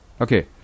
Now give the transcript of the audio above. Okay